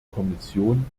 kommission